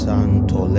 Santo